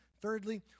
Thirdly